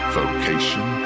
vocation